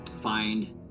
find